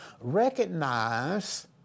recognize